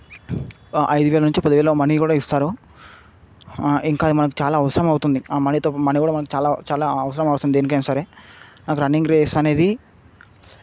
ఐదు వేల నుంచి పది వేల మనీ కూడా ఇస్తారు ఇంకా అవి మనకు చాలా అవసరం అవుతుంది ఆ మనీతో మనీ కూడా మనకు చాలా చాలా అవసరం అవుతుంది దేనికైన సరే నాకు రన్నింగ్ రేస్ అనేది